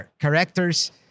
characters